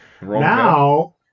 Now